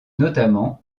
notamment